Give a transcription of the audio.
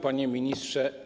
Panie Ministrze!